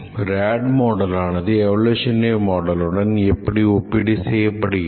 RAD மாடலானது evolutionary மாடலுடன் எப்படி ஒப்பீடு செய்யப்படுகிறது